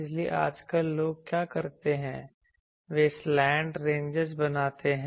इसलिए आजकल लोग क्या करते हैं वे सलॉनट रेंज बनाते हैं